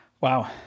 Wow